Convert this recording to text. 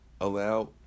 allow